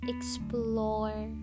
Explore